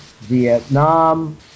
Vietnam